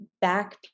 back